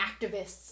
activists